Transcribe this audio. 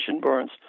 burns